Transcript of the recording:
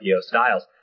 styles